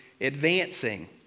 advancing